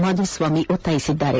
ಮಾಧುಸ್ವಾಮಿ ಒತ್ತಾಯಿಸಿದ್ದಾರೆ